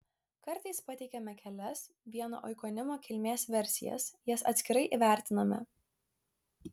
kartais pateikiame kelias vieno oikonimo kilmės versijas jas atskirai įvertiname